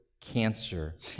cancer